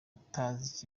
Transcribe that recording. utazi